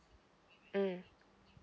mm